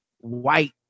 white